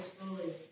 slowly